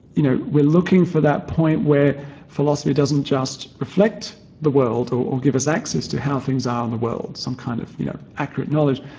you know, we're looking for that point where philosophy doesn't just reflect the world or give us access to how things are in the world, some kind of you know accurate knowledge,